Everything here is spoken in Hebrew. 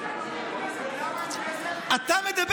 להתלונן, זה לא יהיה אצלי.